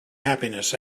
happiness